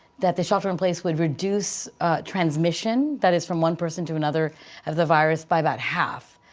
that the shelter in place would reduce transmission. that is from one person to another of the virus by about half.